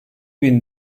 bin